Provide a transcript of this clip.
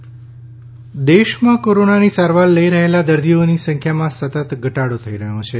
corona update દેશમાં કોરોનાની સારવાર લઈ રહેલા દર્દીઓની સંખ્યામાં સતત ઘટાડો થઈ રહ્યો છે